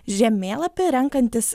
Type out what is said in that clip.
žemėlapį renkantis